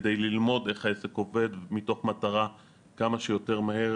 כדי ללמוד איך העסק עובד מתוך מטרה כמה שיותר מהר